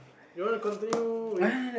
you want to continue with